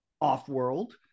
off-world